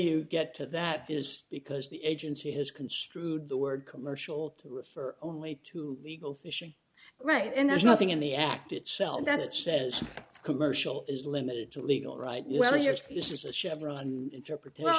you get to that is because the agency has construed the word commercial to refer only to legal fishing rights and there's nothing in the act itself that says commercial is limited to legal right yet your specious a chevron interpretation